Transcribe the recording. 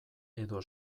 edo